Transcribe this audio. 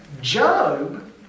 Job